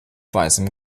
weißem